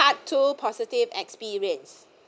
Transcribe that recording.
part two positive experience